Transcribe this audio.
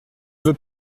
veux